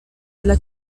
dla